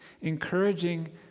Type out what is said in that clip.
encouraging